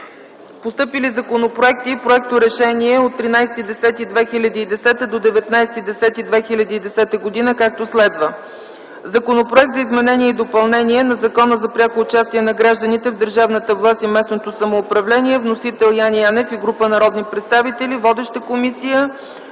Постъпили са законопроекти и проекторешения от 13 октомври 2010 г. до 19 октомври 2010 г., както следва: - Законопроект за изменение и допълнение на Закона за пряко участие на гражданите в държавната власт и местното самоуправление. Вносители са Яне Янев и група народни представители. Водеща е Комисията